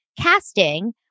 casting